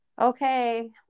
okay